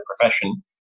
profession